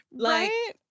Right